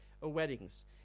weddings